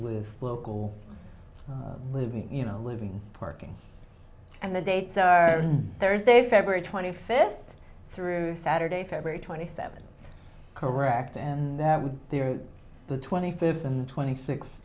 with local living you know living parking and the dates are thursday february twenty fifth through saturday february twenty seventh correct and that they are the twenty fifth and the twenty six